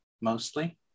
mostly